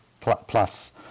Plus